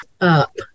up